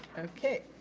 okay,